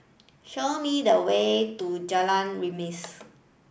show me the way to Jalan Remis